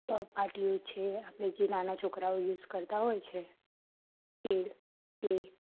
અ પાટિયું છે કે આપળે જે નાના છોકરાઓ યુસ કરતાં હોય છે એ એ